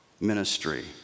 ministry